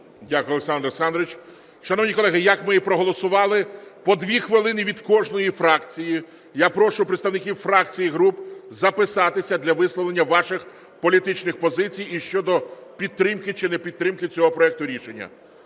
Дякую, Олександр Олександрович. Шановні колеги, як ми і проголосували, по 2 хвилини від кожної фракції. Я прошу представників фракцій і груп записатися для висловлення ваших політичних позицій і щодо підтримки чи непідтримки цього проекту рішення.